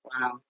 Wow